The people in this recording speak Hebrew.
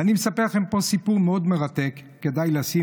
ואני מספר לכם פה סיפור מאוד מרתק, כדאי לתת